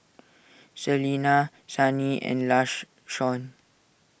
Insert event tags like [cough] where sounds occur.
Celina Sunny and [unintelligible]